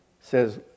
says